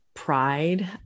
Pride